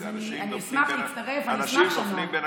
אנשים נופלים בין הכיסאות.